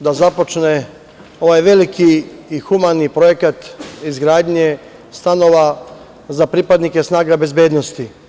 da započne ovaj veliki i humani projekat izgradnje stanova za pripadnike snaga bezbednosti.